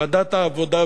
ועדת העבודה,